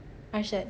Arshad